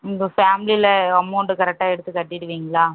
உங்கள் ஃபேமிலியில அமெளண்ட்டு கரெக்டாக எடுத்து கட்டிடுவீங்களா